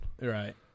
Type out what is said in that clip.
Right